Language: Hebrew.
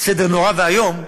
סדר נורא ואיום,